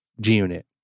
G-Unit